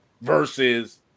versus